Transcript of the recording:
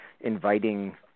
inviting